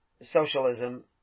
socialism